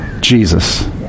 Jesus